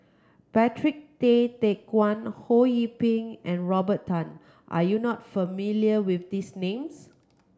Patrick Tay Teck Guan Ho Yee Ping and Robert Tan are you not familiar with these names